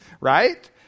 right